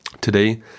Today